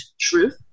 truth